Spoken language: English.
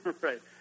Right